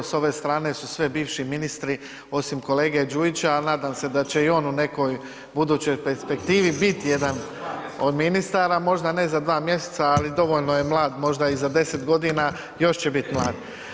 S ove strane su sve bivši ministri, osim kolege Đujića, al nadam se da će i on u nekoj budućoj perspektivi bit jedan od ministara, možda ne za dva mjeseca, ali dovoljno je mlad, možda i za 10.g. još će bit mlad.